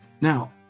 Now